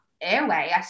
airway